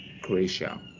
Croatia